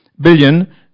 billion